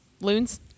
loons